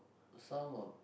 some of